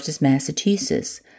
Massachusetts